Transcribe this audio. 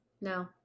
No